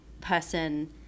person